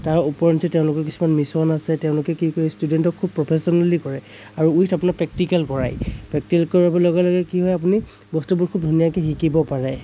তাৰ ওপৰঞ্চি তেওঁলোকৰ কিছুমান মিছন আছে তেওঁলোকে কি কৰে ষ্টুডেণ্টক খুব প্ৰফেচনেলী কৰে আৰু উইথ আপোনাৰ প্ৰেক্টিকেল কৰায় প্ৰেক্টিকেল কৰাৰ লগে লগে কি হয় আপুনি বস্তুবোৰ খুব ধুনীয়াকৈ শিকিব পাৰে